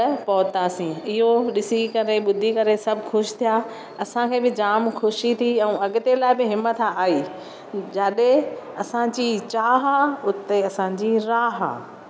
पर पहुतासीं इहो ॾिसी करे ॿुधी करे सभु ख़ुशि थिया असांखे बि जाम ख़ुशी थी ऐं अॻिते लाइ बि हिमथ आई जाॾे असांजी चाह आहे उते असांजी राह आहे